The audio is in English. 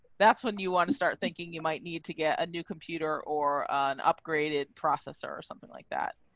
that's when you want to start thinking, you might need to get a new computer or an upgraded processor or something like that.